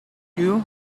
you